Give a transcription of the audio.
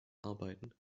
arbeiten